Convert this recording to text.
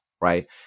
right